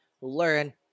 Learn